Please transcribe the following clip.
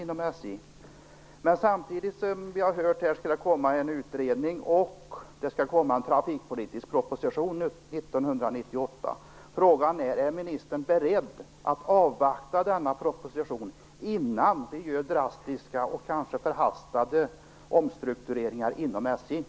Samtidigt skall det som vi har hört här komma en utredning, och det skall komma en trafikpolitisk proposition 1998.